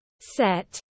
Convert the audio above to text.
set